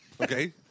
Okay